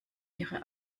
ihre